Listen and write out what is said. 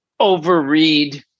overread